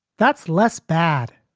that's less bad,